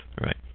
Right